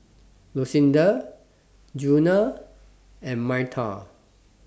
Lucinda Djuna and Myrta